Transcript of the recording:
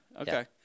okay